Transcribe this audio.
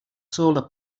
solar